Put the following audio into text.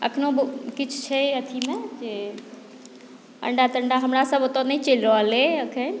अखनो किछु छै एथीमे जे अण्डा तण्डा हमरा सभ ओतय नहि चलि रहल छै